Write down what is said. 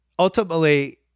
Ultimately